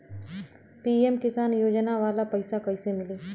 PM Kisan योजना वाला पैसा कईसे मिली?